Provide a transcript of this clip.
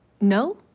No